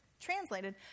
translated